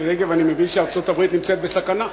רגב אני מבין שארצות-הברית נמצאת בסכנה,